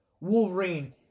Wolverine